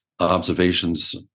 observations